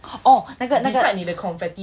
oh 那个那个